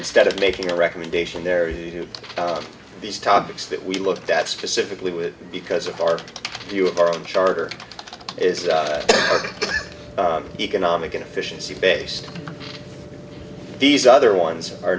instead of making a recommendation there you have these topics that we looked at specifically with because of our view of our own charter is that our economic efficiency base these other ones are